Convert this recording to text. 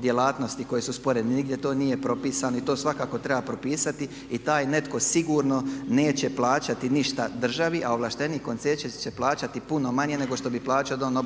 djelatnosti koje su sporedne, nigdje to nije propisano i to svakako treba propisati. I taj netko sigurno neće plaćati ništa državi, a ovlaštenik koncesije će plaćati puno manje nego što bi plaćao da on